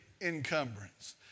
encumbrance